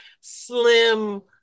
slim